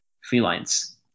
felines